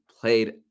played